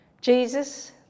Jesus